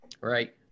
Right